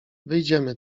wyjdziemy